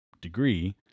degree